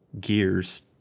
gears